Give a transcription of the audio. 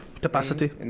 Capacity